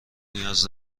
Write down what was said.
نیاز